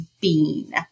Bean